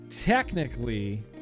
Technically